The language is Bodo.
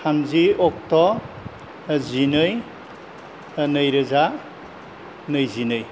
थामजि अक्ट' जिनै नैरोजा नैजिनै